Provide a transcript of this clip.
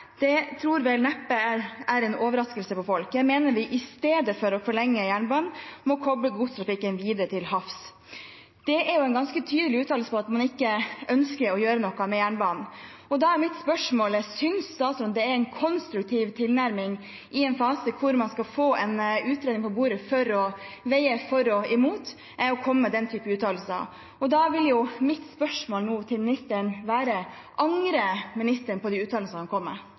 tror vel neppe det kommer som en overraskelse på folk. Jeg mener at vi istedenfor å forlenge jernbanen må koble godstrafikken videre til havs Det er en ganske tydelig uttalelse om at man ikke ønsker å gjøre noe med jernbanen, og da er mitt spørsmål: Synes statsråden det er en konstruktiv tilnærming i en fase der man skal få en utredning på bordet for å veie for og imot, å komme med den type uttalelser? Og da vil mitt spørsmål nå til ministeren være: Angrer ministeren på uttalelsene han